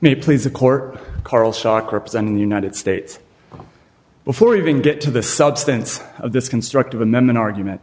may please the court karl socrates and the united states before even get to the substance of this constructive amendment argument